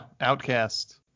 Outcast